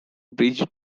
bridge